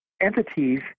entities